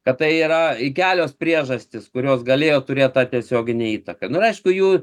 kad tai yra kelios priežastys kurios galėjo turėt tą tiesioginę įtaką nu ir aišku jų